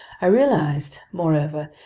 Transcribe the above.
i realized, moreover,